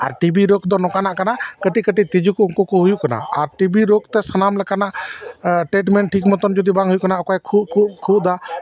ᱟᱨ TB ᱨᱳᱜᱽ ᱫᱚ ᱱᱚᱝᱠᱟᱱᱟᱜ ᱠᱟᱱᱟ ᱠᱟᱹᱴᱤᱡ ᱠᱟᱹᱴᱤᱡ ᱛᱤᱸᱡᱩ ᱠᱚ ᱩᱱᱠᱩ ᱠᱚ ᱦᱩᱭᱩᱜ ᱠᱟᱱᱟ ᱟᱨ ᱴᱤᱵᱤ ᱨᱳᱜᱽ ᱛᱮ ᱥᱟᱱᱟᱢ ᱞᱮᱠᱟᱱᱟᱜ ᱴᱨᱴᱢᱮᱱᱴ ᱴᱷᱤᱠ ᱢᱚᱛᱚᱱ ᱡᱩᱫᱤ ᱵᱟᱝ ᱦᱩᱭᱩᱜ ᱠᱟᱱᱟ ᱚᱠᱚᱭ ᱠᱷᱩᱜ ᱠᱷᱩᱜ ᱠᱷᱩᱜ ᱮᱫᱟ